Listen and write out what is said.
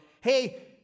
hey